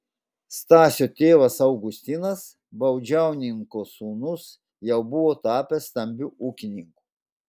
stasio tėvas augustinas baudžiauninko sūnus jau buvo tapęs stambiu ūkininku